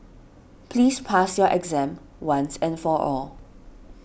please pass your exam once and for all